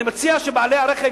אני מציע שבעלי הרכב,